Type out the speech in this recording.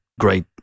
great